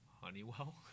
Honeywell